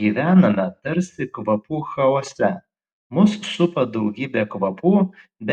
gyvename tarsi kvapų chaose mus supa daugybė kvapų